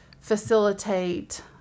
facilitate